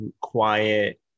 quiet